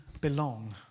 belong